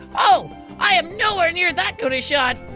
oh i am nowhere near that good a shot.